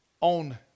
on